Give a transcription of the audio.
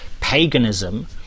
paganism